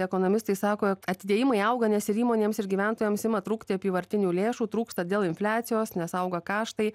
ekonomistai sako jog atidėjimai auga nes ir įmonėms ir gyventojams ima trūkti apyvartinių lėšų trūksta dėl infliacijos nes auga kaštai